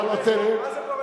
מה זה פורעי חוק?